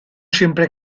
siempre